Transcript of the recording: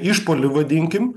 išpuolį vadinkim